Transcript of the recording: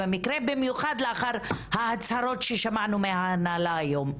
במיוחד לאחר ההצהרות ששמענו מההנהלה היום.